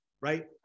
right